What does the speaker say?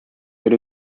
its